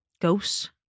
Ghosts